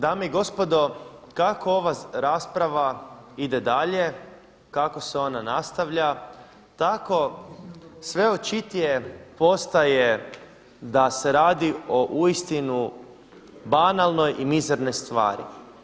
Dame i gospodo kako ova rasprava ide dalje, kako se ona nastavlja tako sve očitije postaje da se radi o uistinu banalnoj i mizernoj stvari.